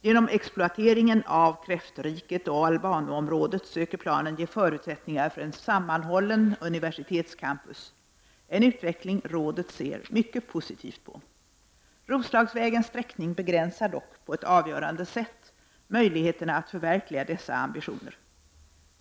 Genom exploateringen av Kräftriket och Albanoområdet söker planen ge förutsättningar för en sammanhållen universitetscampus, en utveckling rådet ser mycket positivt på. Roslagsvägens sträckning begränsar dock på att avgörande sätt möjligheterna att förverkliga dessa ambitioner.